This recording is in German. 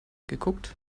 geguckt